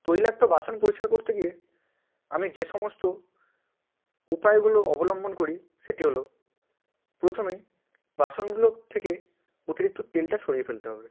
তৈলাক্ত বাসন পরিষ্কার করতে গিয়ে আমি যে সমস্ত উপায়গুলো অবলম্বন করি সেটি হলো প্রথমেই বাসনগুলো থেকে অতিরিক্ত তেলটা সরিয়ে ফেলতে হবে